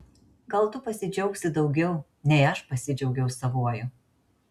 gal tu pasidžiaugsi daugiau nei aš pasidžiaugiau savuoju